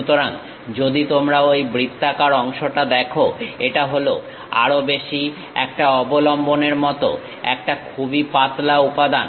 সুতরাং যদি তোমরা ঐ বৃত্তাকার অংশটা দেখো এটা হলো আরও বেশি একটা অবলম্বনের মত একটা খুবই পাতলা উপাদান